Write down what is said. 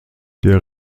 der